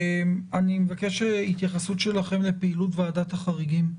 אני מבקש התייחסות שלכם לפעילות ועדת החריגים.